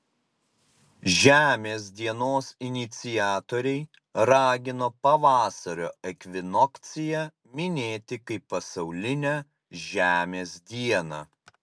žemės dienos iniciatoriai ragino pavasario ekvinokciją minėti kaip pasaulinę žemės dieną